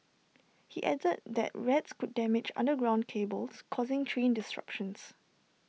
he added that rats could damage underground cables causing train disruptions